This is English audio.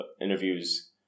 interviews